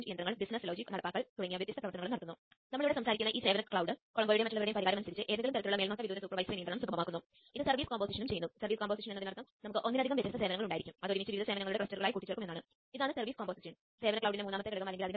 transmitter പ്രോഗ്രാമിനായി ആശയവിനിമയ രീതിയാണ് ലക്ഷ്യം